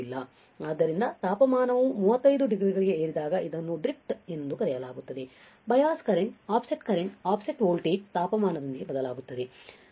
ಆದ್ದರಿಂದ ತಾಪಮಾನವು 35 ಡಿಗ್ರಿಗಳಿಗೆ ಏರಿದಾಗ ಇದನ್ನು ಡ್ರಿಫ್ಟ್ driftಎಂದು ಕರೆಯಲಾಗುತ್ತದೆ bias current offset current offset voltage ತಾಪಮಾನದೊಂದಿಗೆ ಬದಲಾಗುತ್ತದೆ